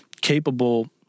capable